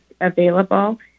available